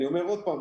אני אומר עוד פעם,